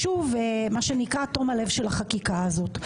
שוב מה שנקרא תום הלב של החקיקה הזאת.